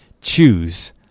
Choose